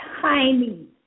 tiny